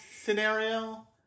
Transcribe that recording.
scenario